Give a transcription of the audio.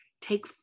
take